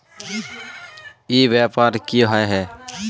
ई व्यापार की होय है?